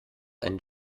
einen